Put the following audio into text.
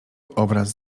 obraz